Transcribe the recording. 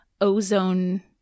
ozone